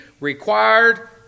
required